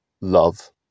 love